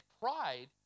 pride